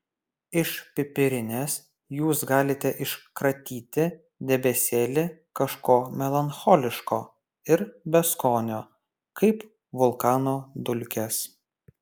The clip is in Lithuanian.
iš pipirinės jūs galite iškratyti debesėlį kažko melancholiško ir beskonio kaip vulkano dulkės